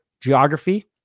geography